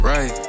Right